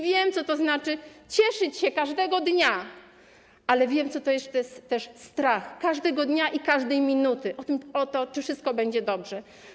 Wiem, co to znaczy cieszyć się każdego dnia, ale wiem też, co to jest strach każdego dnia i każdej minuty o to, czy wszystko będzie dobrze.